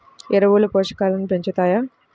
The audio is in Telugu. ఎరువులు పోషకాలను పెంచుతాయా?